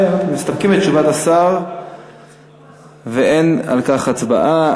כן, מסתפקים בתשובת השר ואין על כך הצבעה.